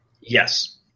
Yes